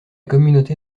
communauté